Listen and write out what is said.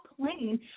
playing